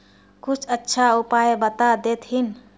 कुछ अच्छा उपाय बता देतहिन?